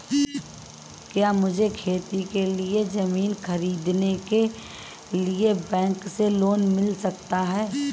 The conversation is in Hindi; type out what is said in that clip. क्या मुझे खेती के लिए ज़मीन खरीदने के लिए बैंक से लोन मिल सकता है?